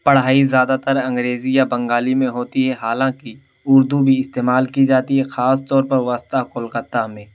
پڑھائی زیادہ تر انگریزی یا بنگالی میں ہوتی ہے حالانکہ اردو بھی استعمال کی جاتی ہے خاص طور پر وسطیٰ کلکتہ میں